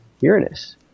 Uranus